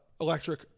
electric